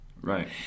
Right